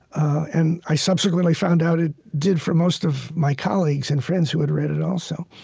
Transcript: and i subsequently found out it did for most of my colleagues and friends who had read it, also.